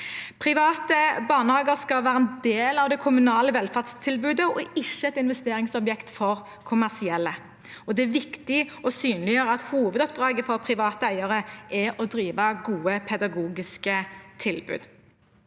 Private barnehager skal være en del av det kommunale velferdstilbudet og ikke et investeringsobjekt for kommersielle. Det er viktig å synliggjøre at hovedoppdraget for private eiere er å drive gode pedagogiske tilbud.